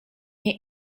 nie